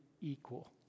equal